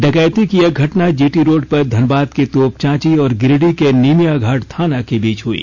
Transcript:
डकैती की यह घटना जीटी रोड पर धनबाद के तोपचांची और गिरिडीह के निमियाघाट थाना के बीच हई